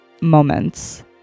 moments